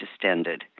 distended